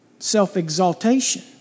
Self-exaltation